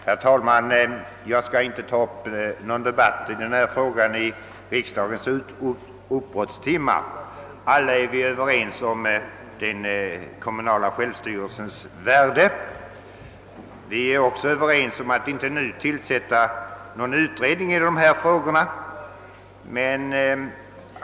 Herr talman! Jag skall inte ta upp någon debatt i denna fråga i riksdagens uppbrottstimme. Vi är alla överens om den kommunala självstyrelsens värde. Vi är också överens om att inte nu tillsätta någon utredning i dessa frågor.